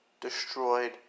destroyed